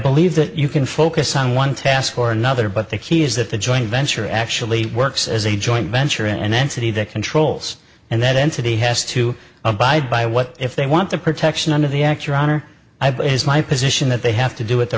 believe that you can focus on one task or another but the key is that the joint venture actually works as a joint venture and entity that controls and that entity has to abide by what if they want the protection under the act your honor i base my position that they have to do it the